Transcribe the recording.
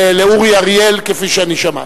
לאורי אריאל כפי שאני שמעתי.